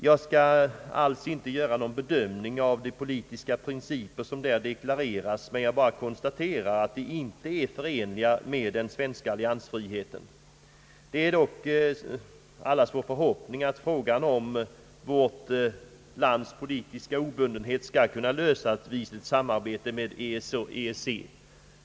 Jag skall alls inte göra någon bedömning av de politiska principer som där deklarerats, men jag bara konstaterar att de inte är förenliga med den svenska alliansfriheten. Det är dock allas vår förhoppning att frågan om vårt lands politiska obundenhet skall kunna lösas vid ett samarbete med EEC.